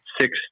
six